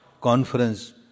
conference